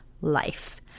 life